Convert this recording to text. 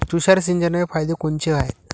तुषार सिंचनाचे फायदे कोनचे हाये?